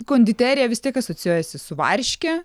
konditerija vis tiek asocijuojasi su varške